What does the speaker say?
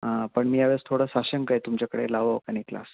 हां पण मी यावेळेस थोडा साशंक आहे तुमच्याकडे लावावा का नाही क्लास